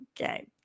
Okay